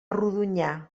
rodonyà